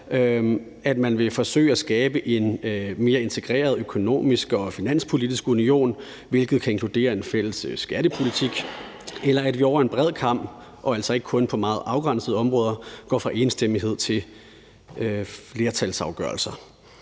at man vil forsøge at skabe en mere integreret økonomisk og finanspolitisk union, hvilket kan inkludere en fælles skattepolitik, eller at vi over en bred kam og altså ikke kun på meget afgrænsede områder går fra enstemmighed til flertalsafgørelser.